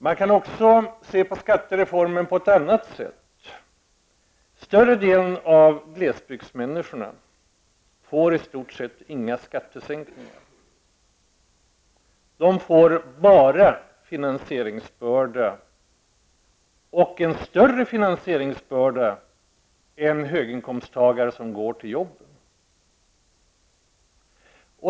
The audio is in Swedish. Man kan också se på skattereformen på ett helt annat sätt. Större delen av glesbygdsmänniskorna får i stort sett ingen skattesänkning. De får bara en större finansieringsbörda än höginkomsttagare som går till jobbet.